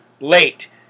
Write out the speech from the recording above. Late